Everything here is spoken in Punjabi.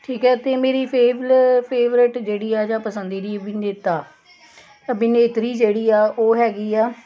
ਠੀਕ ਹੈ ਅਤੇ ਮੇਰੀ ਫੇਵਲਰ ਫੇਵਰੇਟ ਜਿਹੜੀ ਆ ਜਾ ਪਸੰਦੀਦੀ ਅਭਿਨੇਤਾ ਅਭਿਨੇਤਰੀ ਜਿਹੜੀ ਆ ਉਹ ਹੈਗੀ ਆ